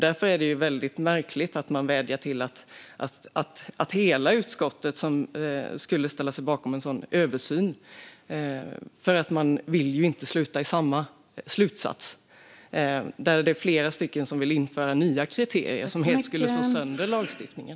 Därför är det märkligt att man vädjar om att hela utskottet ska ställa sig bakom en sådan översyn. Man vill ju inte sluta i samma slutsats, där det är flera som vill införa nya kriterier som helt skulle slå sönder lagstiftningen.